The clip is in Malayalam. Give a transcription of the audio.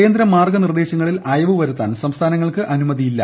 കേന്ദ്ര മാർഗ്ഗ നിർദ്ദേശങ്ങളിൽ അയവുവരുത്താൻ സംസ്ഥാനങ്ങൾക്ക് അനുമതി യില്ല